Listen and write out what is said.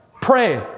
Pray